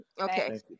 Okay